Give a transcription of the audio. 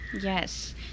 yes